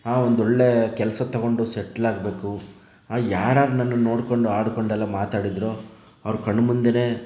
ಒಂದು ಒಳ್ಳೆ ಕೆಲಸ ತೊಗೊಂಡು ಸೆಟ್ಲ್ ಆಗಬೇಕು ಯಾರ್ಯಾರು ನನ್ನನ್ನು ನೋಡಿಕೊಂಡು ಆಡಿಕೊಂಡೆಲ್ಲ ಮಾತಾಡಿದರೋ ಅವರ ಕಣ್ಣಮುಂದೆಯೇ